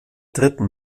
dritten